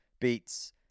beats